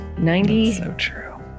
90%